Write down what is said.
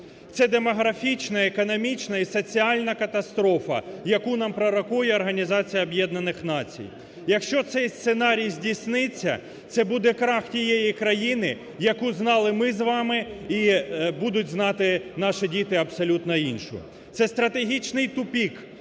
Це демографічна, економічна і соціальна катастрофа, яку нам прорахує Організація Об'єднаних Націй. Якщо цей сценарій здійсниться, це буде крах тієї країни яку знали ми з вами і яку будуть знати наші діти абсолютно іншу, це стратегічний тупик,